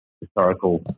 historical